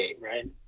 right